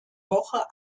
woche